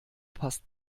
passt